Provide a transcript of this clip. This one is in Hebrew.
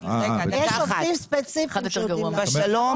בשלום שלושה.